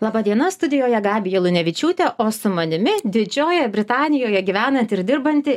laba diena studijoje gabija lunevičiūtė o su manimi didžiojoje britanijoje gyvenanti ir dirbanti